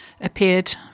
appeared